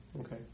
Okay